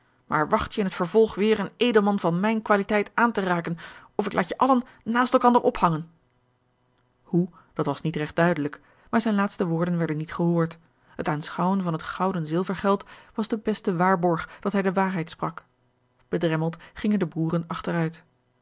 maar wacht je in het vervolg weêr een edelman van mijne kwaliteit aan te raken of ik laat je allen naast elgeorge een ongeluksvogel kander ophangen hoe dat was niet regt duidelijk maar zijne laatste woorden werden niet gehoord het aanschouwen van het gouden zilver geld was de beste waarborg dat hij de waarheid sprak bedremmeld gingen de boeren achteruit